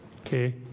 Okay